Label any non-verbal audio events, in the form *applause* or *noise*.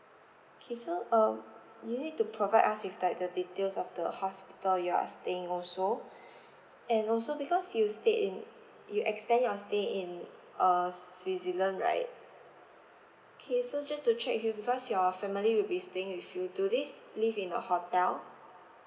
okay so um you need to provide us with like the details of the hospital you are staying also *breath* and also because you stay in you extend your stay in uh switzerland right okay so just to check with you because your family will be staying with you do they live in a hotel